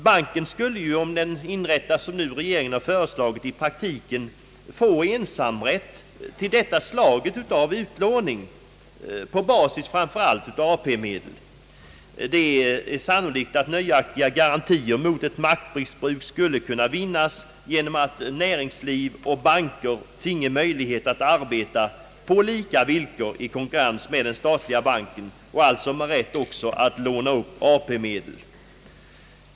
Banken skulle ju, om den inrättas såsom regeringen har föreslagit, i praktiken få ensamrätt till detta slag av utlåning på basis av framför allt AP-medel. Det är sannolikt att nöjaktiga garantier mot ett maktmissbruk skulle kunna vinnas genom att näringsliv och banker finge möjlighet att arbeta på lika villkor i konkurrens med den statliga banken och även med rätt att låna upp AP-medel.